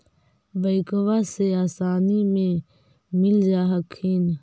बैंकबा से आसानी मे मिल जा हखिन?